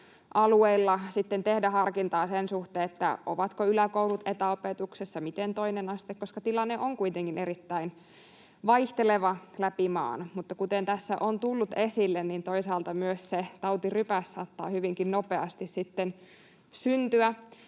alueilla sitten tehdä harkintaa sen suhteen, ovatko yläkoulut etäopetuksessa, miten toinen aste, koska tilanne on kuitenkin erittäin vaihteleva läpi maan. Mutta kuten tässä on tullut esille, niin toisaalta myös se tautirypäs saattaa hyvinkin nopeasti sitten syntyä.